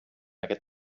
aquest